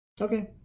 Okay